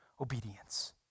obedience